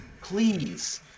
Please